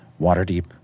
Waterdeep